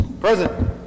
present